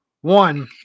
One